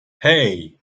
hey